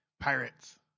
pirates